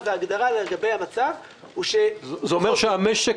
אז ההגדרה לגבי המצב --- זה אומר שהמשק